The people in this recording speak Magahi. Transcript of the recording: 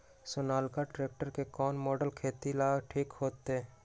सोनालिका ट्रेक्टर के कौन मॉडल खेती ला ठीक होतै?